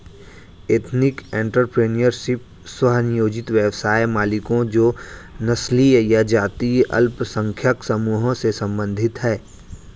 ethnic entrepreneurship, स्व नियोजित व्यवसाय मालिकों जो नस्लीय या जातीय अल्पसंख्यक समूहों से संबंधित हैं